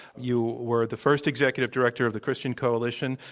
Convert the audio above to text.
you were the first executive director of the christian coalition.